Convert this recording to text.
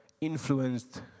influenced